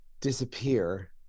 disappear